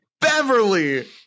Beverly